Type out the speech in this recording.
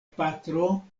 patro